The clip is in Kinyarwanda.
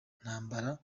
ntambara